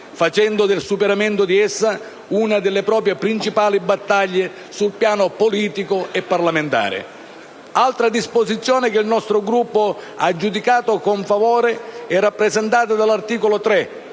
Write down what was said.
facendo del superamento di essa una delle proprie principali battaglie sul piano politico e parlamentare. Altra disposizione che il nostro Gruppo ha giudicato con favore è rappresentata dall'articolo 3,